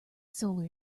solar